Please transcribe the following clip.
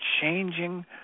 changing